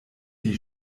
die